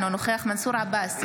אינו נוכח מנסור עבאס,